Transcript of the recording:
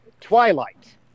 Twilight